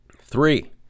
Three